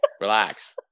Relax